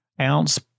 ounce